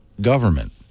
government